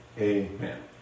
Amen